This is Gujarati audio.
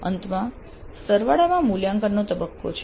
અંતમાં સરવાળા મૂલ્યાંકનનો તબક્કો છે